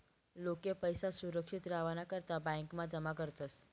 लोके पैसा सुरक्षित रावाना करता ब्यांकमा जमा करतस